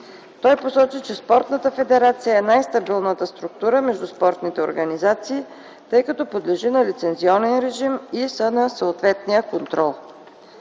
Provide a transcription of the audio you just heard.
Той посочи, че спортната федерация е най-стабилната структура между спортните организации, тъй като подлежи на лицензионен режим и съответния контрол.